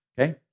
okay